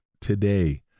today